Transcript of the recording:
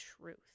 truth